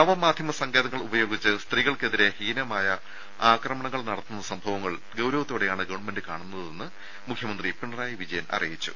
നവമാധ്യമ സങ്കേതങ്ങൾ ഉപയോഗിച്ച് സ്ത്രീകൾക്കെതിരെ ഹീനമായ ആക്രമണങ്ങൾ നടത്തുന്ന സംഭവങ്ങൾ ഗൌരവത്തോടെയാണ് ഗവണ്മെന്റ് കാണുന്നതെന്ന് മുഖ്യമന്ത്രി പിണറായി വിജയൻ അറിയിച്ചു